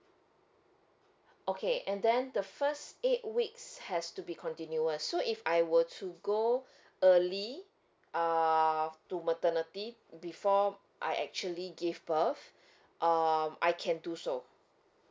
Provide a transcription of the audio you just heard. okay and then the first eight weeks has to be continuous so if I were to go early uh to maternity before I actually give birth um I can do so